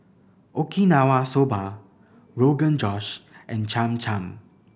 Okinawa Soba Rogan Josh and Cham Cham